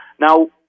Now